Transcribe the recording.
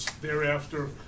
thereafter